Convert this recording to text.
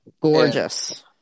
Gorgeous